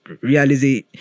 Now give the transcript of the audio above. reality